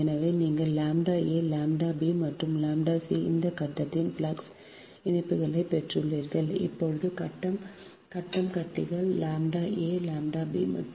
எனவே நீங்கள் ʎ a ʎ b மற்றும் ʎ c இந்த கட்டத்தின் ஃப்ளக்ஸ் இணைப்புகளைப் பெற்றுள்ளீர்கள் இப்போது கட்டம் கட்டம் கட்டிகள் ʎ a ʎ b மற்றும்